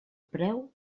preu